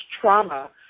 trauma